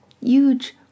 huge